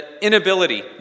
inability